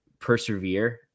persevere